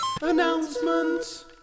announcement